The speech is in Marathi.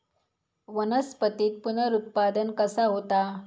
वनस्पतीत पुनरुत्पादन कसा होता?